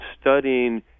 studying